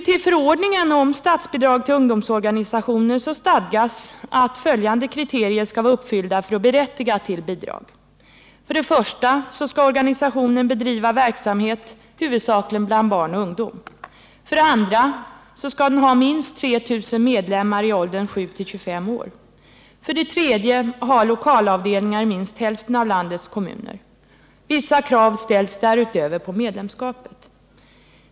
I förordningen om statsbidrag till ungdomsorganisationer stadgas att följande kriterier skall vara uppfyllda för att en organisation skall vara berättigad till bidrag: För det första skall organisationen bedriva verksamhet huvudsakligen bland barn och ungdom. För det andra skall den ha minst 3 000 medlemmar i åldern 7-25 år. För det tredje skall den ha lokalavdelningar i minst hälften av landets kommuner. Vissa krav ställs därutöver på medlemskapet.